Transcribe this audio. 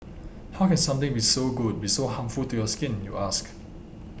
how can something be so good be so harmful to your skin you ask